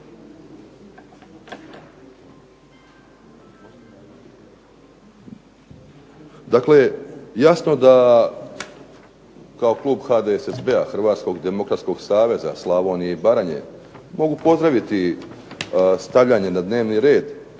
Dakle jasno da kao klub HDSSB-a, Hrvatskog demokratskog saveza Slavonije i Baranje mogu pozdraviti stavljanje na dnevni red